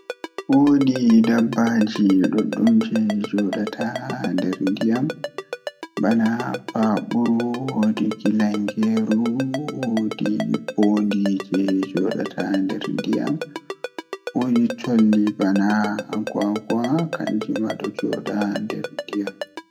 Woodi dabbaji jei don joodi haa less ndiyam bana paburu woodi gilangeeru woodi mboodi jei joodata haa nder ndiyam woodi colli bana agwagwa kanjum ma don jooda nder ndiyam